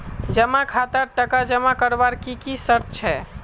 जमा खातात टका जमा करवार की की शर्त छे?